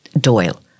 Doyle